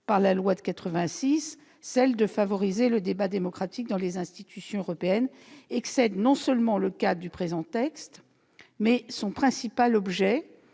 par la loi de 1986 celles de favoriser le débat démocratique dans les institutions européennes excède non seulement le cadre du présent texte, mais aussi son principal objet,